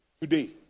today